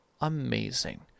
amazing